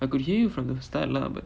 I could hear you from the start lah but